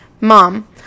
Mom